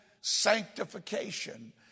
sanctification